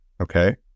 okay